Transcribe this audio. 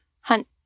hunt